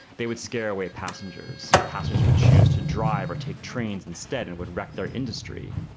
they would scare away passengers. passengers would choose to drive or take trains instead and would wreck their industry.